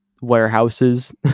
warehouses